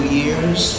years